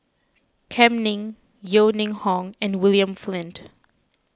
Kam Ning Yeo Ning Hong and William Flint